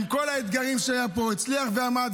עם כל האתגרים שהיו פה הצליח ועמד.